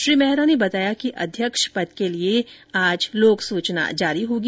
श्री मेहरा ने बताया कि अध्यक्ष के लिए आज लोक सूचना जारी होगी